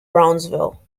brownsville